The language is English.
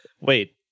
Wait